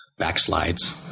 backslides